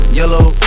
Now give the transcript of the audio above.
yellow